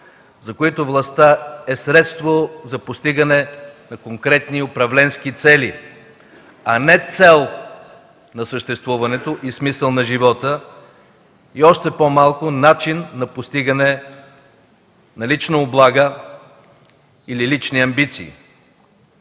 за които властта е средство за постигане на конкретни управленски цели, а не цел на съществуването и смисъл на живота, и още по-малко – начин на постигане на лична облага или лични амбиции.